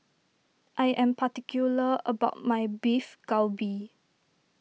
I am particular about my Beef Galbi